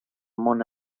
món